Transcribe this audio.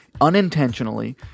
unintentionally